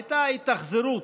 הייתה התאכזרות.